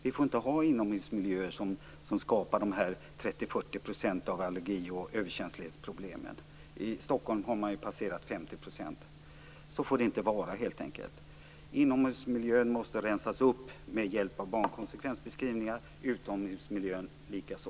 Vi får inte ha inomhusmiljöer som skapar de allergi och överkänslighetsproblem som uppgår till 30-40 %. I Stockholm har man ju passerat 50 %. Så får det helt enkelt inte vara. Inomhusmiljön måste rensas upp med hjälp av barnkonsekvensbeskrivningar. Utomhusmiljön likaså.